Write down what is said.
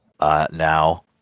now